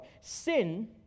Sin